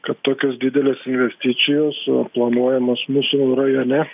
kad tokios didelės investicijos planuojamos mūsų rajone